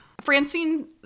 francine